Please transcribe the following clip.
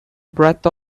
breath